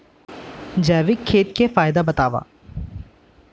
जैविक खेती के फायदा बतावा?